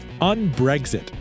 un-Brexit